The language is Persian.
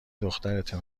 دخترته